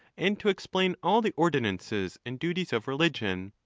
and to explain all the ordinances and duties of religion.